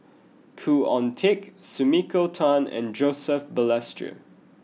Khoo Oon Teik Sumiko Tan and Joseph Balestier